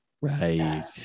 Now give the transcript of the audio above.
Right